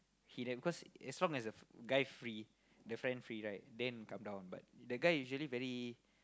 he like because as long as the guy free the friend free right then come down but the guy usually very